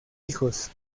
hijos